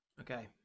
Okay